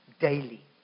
Daily